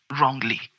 wrongly